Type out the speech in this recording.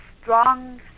strong